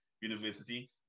University